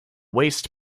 waste